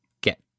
get